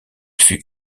fût